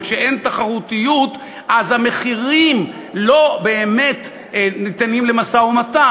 וכשאין תחרותיות המחירים לא באמת ניתנים למשא-ומתן.